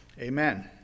Amen